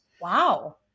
Wow